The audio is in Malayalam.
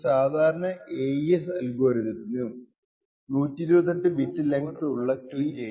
ഒരു സാദാരണ AES അൽഗോരിതത്തിനു 128 ബിറ്റ് ലെങ്ത് ഉള്ള കീ ഉണ്ടാകും